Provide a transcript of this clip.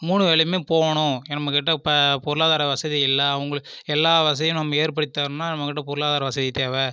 மூணு வேலையுமே போகணும் ஏன்னா நம்மகிட்டே பொருளாதார வசதி இல்லை அவங்களுக்கு எல்லா வசதியும் நம்ம ஏற்படுத்தி தரணும்னா நம்மகிட்டே பொருளாதார வசதி தேவை